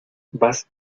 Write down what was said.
vas